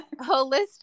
holistic